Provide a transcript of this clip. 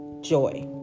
joy